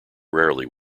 rarely